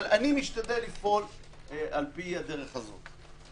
אני משתדל לפעול לפי הדרך הזו.